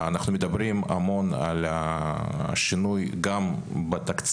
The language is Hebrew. אנחנו מדברים המון על שינוי גם בתקציב,